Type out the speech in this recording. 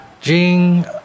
Jing